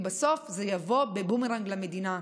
כי בסוף זה יבוא כבומרנג למדינה.